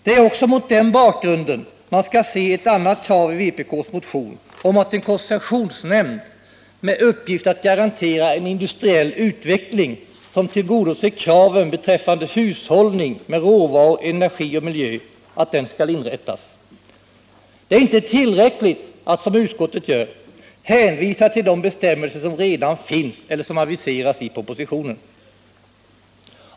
Det är också mot den bakgrunden man skall se ett annat krav i vpk:s motion om att en koncessionsnämnd, med uppgift att garantera en industriell utveckling som tillgodoser kraven beträffande hushållning med råvaror, energi och miljö, skall inrättas. Det är inte tillräckligt att, som utskottet gör, hänvisa till de bestämmelser som redan finns eller som aviseras i propositionen.